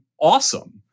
awesome